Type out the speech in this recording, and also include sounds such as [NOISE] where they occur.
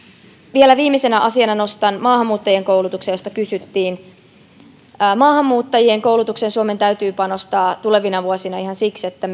vielä viimeisenä asiana nostan maahanmuuttajien koulutuksen josta kysyttiin maahanmuuttajien koulutukseen suomen täytyy panostaa tulevina vuosina ihan siksi että [UNINTELLIGIBLE]